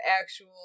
actual